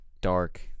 dark